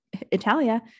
Italia